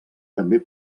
també